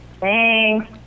Thanks